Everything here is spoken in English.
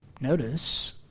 Notice